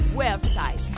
website